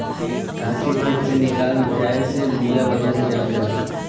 घास के खेत से निकल जाये से बिया बढ़िया से जाम जाला